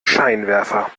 scheinwerfer